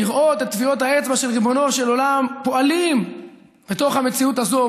לראות את טביעות האצבע של ריבונו של עולם פועלות בתוך המציאות הזאת,